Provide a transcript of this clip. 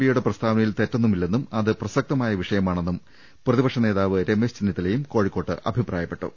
പിയുടെ പ്രസ്താവ നയിൽ തെറ്റൊന്നുമില്ലെന്നും അത് പ്രസക്തമായ വിഷയമാണെന്നും പ്രതി പക്ഷ നേതാവ് രമേശ് ചെന്നിത്തലയും കോഴിക്കോട്ട് പറഞ്ഞു